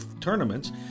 tournaments